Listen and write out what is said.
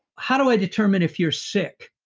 how do i determine if you're sick?